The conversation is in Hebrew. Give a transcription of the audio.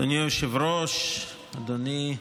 אדוני היושב-ראש, אדוני השר,